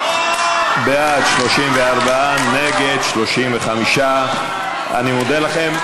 בעד 34, נגד, 35. אני מודה לכם.